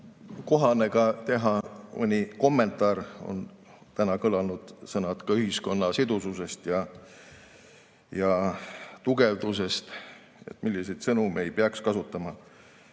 kohane teha ka mõni kommentaar. Siin on kõlanud sõnad ka ühiskonna sidususe ja tugevduse kohta, et milliseid sõnu me ei peaks kasutama.